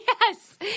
Yes